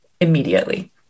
immediately